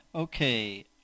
Okay